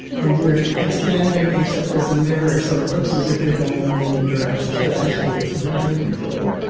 and you're expanding except there's a mirror. so it looks as if you're going in a million directions, but actually it's very controlled